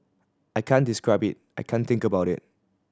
I can't describe it I can't think about it